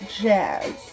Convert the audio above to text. jazz